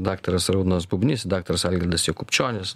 daktaras arūnas bubnys daktaras algirdas jakubčionis